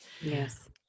Yes